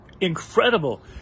incredible